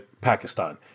Pakistan